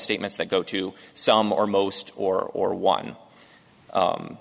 statements that go to some or most or or one